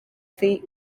feet